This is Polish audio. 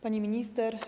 Pani Minister!